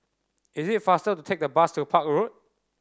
it is faster to take the bus to Park Road